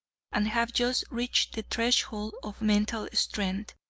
and have just reached the threshold of mental strength.